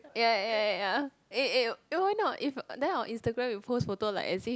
ya ya ya ya eh eh eh why not if then our Instagram we post photo like as if